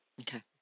Okay